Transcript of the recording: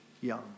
young